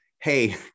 hey